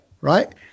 right